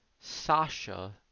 Sasha